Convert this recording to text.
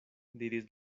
diris